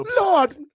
Lord